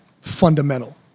fundamental